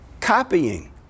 copying